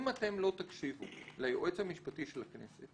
אם אתם לא תקשיבו ליועץ המשפטי של הכנסת